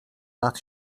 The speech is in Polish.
lat